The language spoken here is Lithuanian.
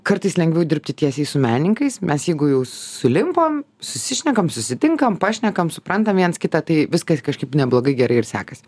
kartais lengviau dirbti tiesiai su menininkais mes jeigu jau sulimpam susišnekam susitinkam pašnekam suprantam viens kitą tai viskas kažkaip neblogai gerai ir sekasi